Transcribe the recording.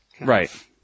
right